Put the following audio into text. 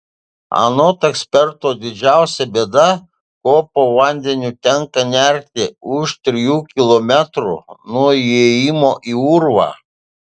anot eksperto didžiausia bėda ko po vandeniu tenka nerti už trijų kilometrų nuo įėjimo į urvą